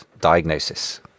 diagnosis